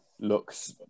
looks